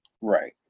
right